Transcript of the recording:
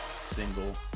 single